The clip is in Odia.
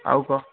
ଆଉ କ'ଣ